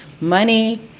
money